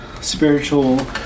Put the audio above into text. spiritual